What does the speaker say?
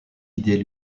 idée